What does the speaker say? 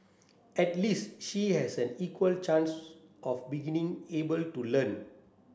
at least she has an equal chance of beginning able to learn